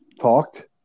talked